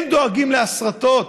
הם דואגים להסרטות